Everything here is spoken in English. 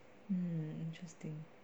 hmm interesting